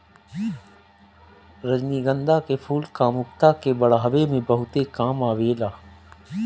रजनीगंधा के फूल कामुकता के बढ़ावे में बहुते काम आवेला